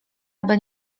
aby